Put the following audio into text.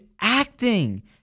acting